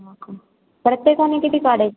okay प्रत्येकाने किती काढायचे